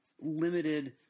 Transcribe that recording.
limited